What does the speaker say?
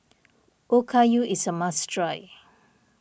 Okayu is a must try